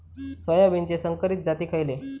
सोयाबीनचे संकरित जाती खयले?